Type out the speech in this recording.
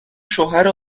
شوهر